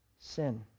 sin